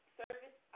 service